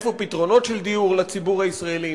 איפה פתרונות של דיור לציבור הישראלי?